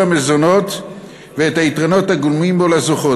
המזונות ואת היתרונות הגלומים בו לזוכות.